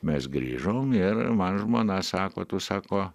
mes grįžom ir man žmona sako tu sako